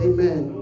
Amen